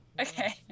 Okay